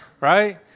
Right